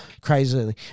crazily